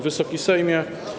Wysoki Sejmie!